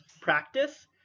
practice